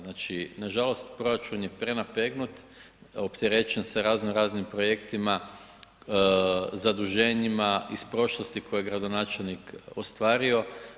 Znači nažalost proračun je prenapregnut, opterećen sa razno raznim projektima, zaduženjima, iz prošlosti koje je gradonačelnik ostvario.